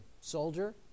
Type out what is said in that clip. soldier